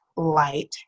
light